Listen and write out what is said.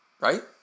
right